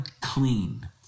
clean